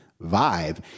vibe